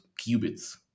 qubits